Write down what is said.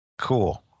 Cool